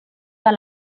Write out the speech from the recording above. dans